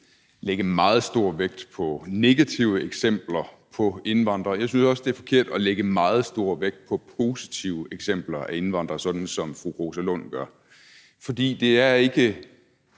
lægge meget stor vægt på negative eksempler på indvandrere, og jeg synes også, det er forkert at lægge meget stor vægt på positive eksempler på indvandrere, sådan som fru Rosa Lund gør, for det er ikke